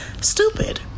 stupid